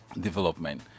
development